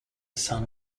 son